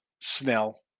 Snell